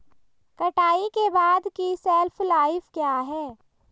कटाई के बाद की शेल्फ लाइफ क्या है?